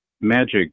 magic